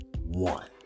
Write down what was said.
one